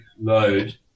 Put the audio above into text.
load